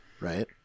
right